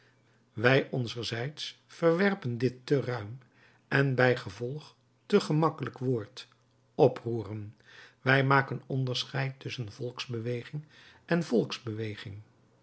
wij onzerzijds verwerpen dit te ruim en bijgevolg te gemakkelijk woord oproeren wij maken onderscheid tusschen volksbeweging en volksbeweging